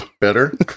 Better